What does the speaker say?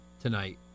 tonight